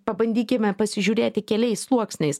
pabandykime pasižiūrėti keliais sluoksniais